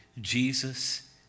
Jesus